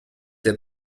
der